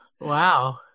Wow